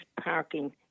parking